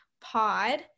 pod